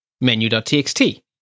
menu.txt